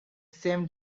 same